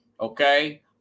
Okay